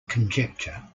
conjecture